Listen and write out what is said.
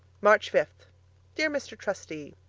march fifth dear mr. trustee,